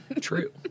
True